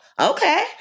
Okay